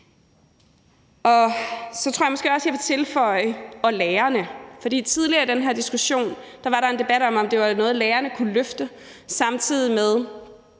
Så tror jeg måske også, at jeg vil tilføje: »og lærerne«. For tidligere i den her diskussion var der en debat om, om det var noget, lærerne kunne løfte, samtidig med